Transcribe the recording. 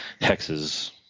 hexes